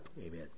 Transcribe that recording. Amen